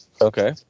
Okay